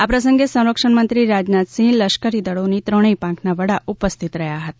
આ પ્રસંગે સંરક્ષણ મંત્રી રાજનાથસિંહ લશ્કરી દળોની ત્રણેય પાંખના વડા ઉપસ્થિત રહ્યા હતા